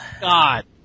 God